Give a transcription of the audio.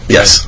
Yes